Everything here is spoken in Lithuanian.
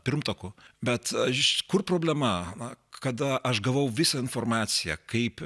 pirmtakų bet aš kur problemą kada aš gavau visą informaciją kaip